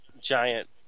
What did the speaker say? giant